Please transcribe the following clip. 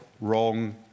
wrong